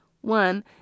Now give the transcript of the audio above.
one